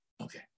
Okay